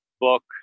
book